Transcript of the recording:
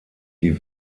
die